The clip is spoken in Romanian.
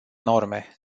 norme